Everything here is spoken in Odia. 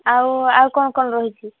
ଆଉ ଆଉ କ'ଣ କ'ଣ ରହିଛି